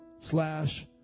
slash